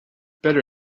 better